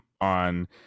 on